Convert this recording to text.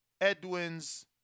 Edwin's